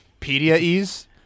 Pedia-ease